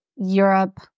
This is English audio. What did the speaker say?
Europe